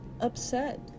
upset